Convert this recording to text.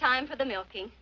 time for the milking